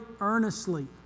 earnestly